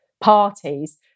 parties